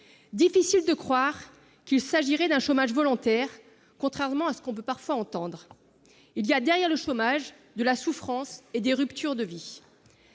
Difficile de croire qu'il s'agirait d'un chômage volontaire, contrairement à ce que l'on peut parfois entendre. On trouve de la souffrance et des ruptures de vie